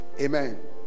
Amen